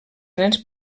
nens